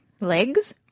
Legs